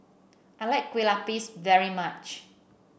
I like Kueh Lapis very much